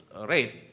rate